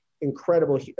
incredible